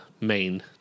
main